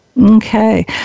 Okay